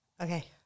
Okay